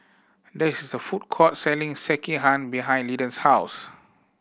there is a food court selling Sekihan behind Linden's house